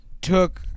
took